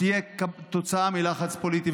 תהיה כתוצאה מלחץ פוליטי.